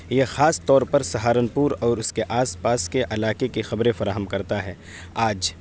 یہ خاص طور پر سہارنپور اور اس کے آس پاس کے علاقے کی خبریں فراہم کرتا ہے آج